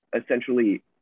essentially